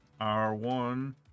r1